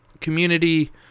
community